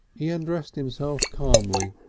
he undressed himself calmly,